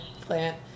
plant